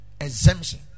exemption